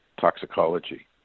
toxicology